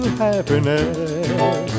happiness